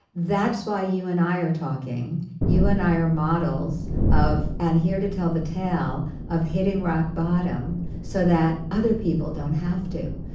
that's why you and i are talking. you and i are models of. and here to tell the tale of hitting rock bottom so that other people don't have to.